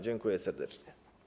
Dziękuję serdecznie.